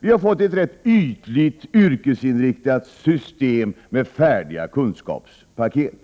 Vi har fått ett rätt ytligt, yrkesinriktat system med färdiga kunskapspaket.